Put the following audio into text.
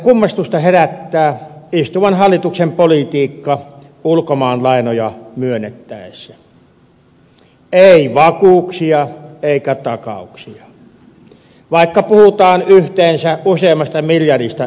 kummastusta herättää istuvan hallituksen politiikka ulkomaanlainoja myönnettäessä ei vakuuksia eikä takauksia vaikka puhutaan yhteensä useammasta miljardista eurosta